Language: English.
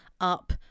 up